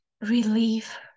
relief